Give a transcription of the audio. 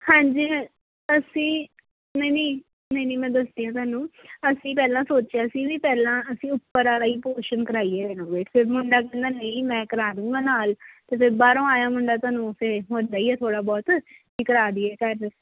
ਹਾਂਜੀ ਅਸੀਂ ਨਹੀਂ ਨਹੀਂ ਨਹੀਂ ਨਹੀਂ ਮੈਂ ਦੱਸਦੀ ਹਾਂ ਤੁਹਾਨੂੰ ਅਸੀਂ ਪਹਿਲਾਂ ਸੋਚਿਆ ਸੀ ਵੀ ਪਹਿਲਾਂ ਅਸੀਂ ਉੱਪਰ ਵਾਲਾ ਹੀ ਪੋਰਸ਼ਨ ਕਰਵਾਈਏ ਰੀਨੋਵੇਟ ਫਿਰ ਮੁੰਡਾ ਕਹਿੰਦਾ ਨਹੀਂ ਮੈਂ ਕਰਾਵਾ ਦੁੰਗਾ ਨਾਲ ਤੇ ਫਿਰ ਬਾਹਰੋਂ ਆਇਆ ਨੂੰ ਫਿਰ ਹੁੰਦਾ ਹੀ ਆ ਥੋੜ੍ਹਾ ਬਹੁਤ ਕਿ ਕਰਵਾ ਦੇਈਏ ਘਰ